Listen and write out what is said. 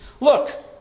Look